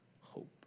hope